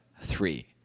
three